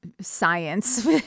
science